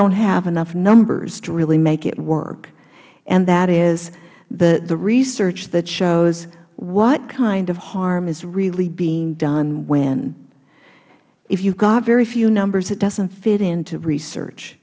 don't have enough numbers to really make it work and that is the research that shows what kind of harm is really being done when if you have very few numbers it doesn't fit into research